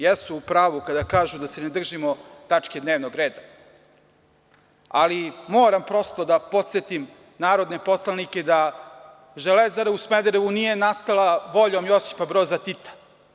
Jesu u pravu kada kažu da se ne držimo tačke dnevnog reda, ali moram prosto da podsetim narodne poslanike da Železara u Smederevu nije nastala voljom Josipa Broza Tita.